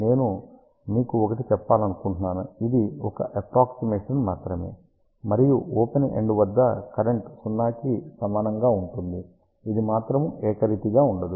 నేను మీకు ఒకటి చెప్పాలనుకుంటున్నాను ఇది ఒక అప్రాక్సిమేషన్ మాత్రమే మరియు ఓపెన్ ఎండ్ వద్ద కరెంట్ 0 కి సమానంగా ఉంటుంది ఇది మాత్రము ఏకరీతిగా ఉండదు